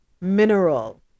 mineral